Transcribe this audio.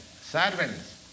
servants